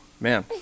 Man